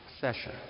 Session